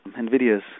NVIDIA's